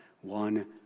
one